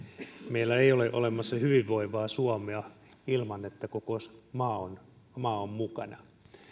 meillä ei ole olemassa hyvinvoivaa suomea ilman että koko maa on maa on mukana